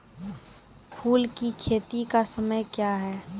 फुल की खेती का समय क्या हैं?